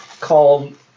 called